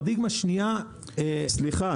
סליחה,